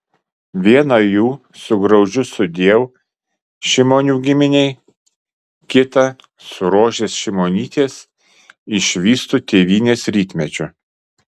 viena jų su graudžiu sudiev šimonių giminei kita su rožės šimonytės išvystu tėvynės rytmečiu